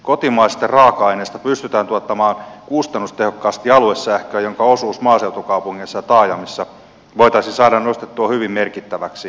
kotimaisista raaka aineista pystytään tuottamaan kustannustehokkaasti aluesähköä jonka osuus maaseutukaupungeissa ja taajamissa voitaisiin saada nostettua hyvin merkittäväksi